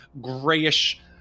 grayish